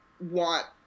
want